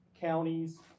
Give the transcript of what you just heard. counties